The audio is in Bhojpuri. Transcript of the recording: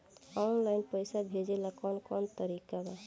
आनलाइन पइसा भेजेला कवन कवन तरीका बा?